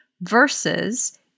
versus